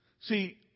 See